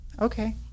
okay